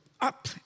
up